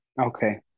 Okay